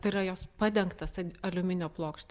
tai yra jos padengtos aliuminio plokšte